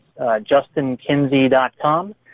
justinkinsey.com